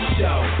show